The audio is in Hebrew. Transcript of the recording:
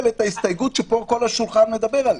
את ההסתייגות שפה כל השולחן מדבר עליה.